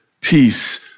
peace